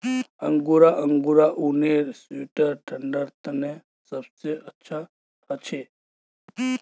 angora angora ऊनेर sweater ठंडा तने सबसे अच्छा हछे